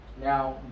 Now